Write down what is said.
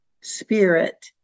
Spirit